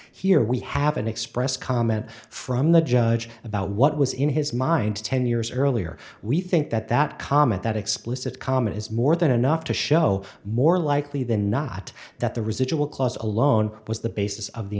here we have an express comment from the judge about what was in his mind ten years earlier we think that that comment that explicit comment is more than enough to show more likely than not that the residual clause alone was the basis of the